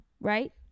Right